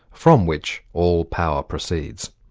from which all power proceeds.